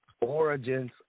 origins